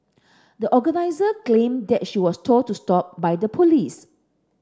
the organiser claimed that she was told to stop by the police